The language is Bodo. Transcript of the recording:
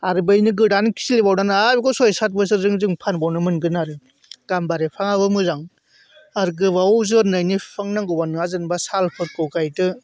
आरो बैनो गोदान खिलिबावनानै आरो सय सात बोसोरजों जों फानबावनो मोनगोन आरो गाम्बारि बिफांआबो मोजां आरो गोबाव जोरनायनि बिफां नांगौब्ला नोंहा जेन'बा सालफोरखौ गायदो